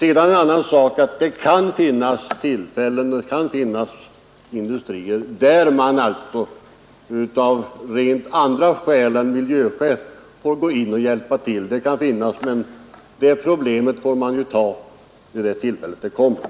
En annan sak är att det kan finnas industrier där samhället av helt andra skäl än miljöskäl måste hjälpa till, men det problemet får man ta upp vid det tillfälle det kommer.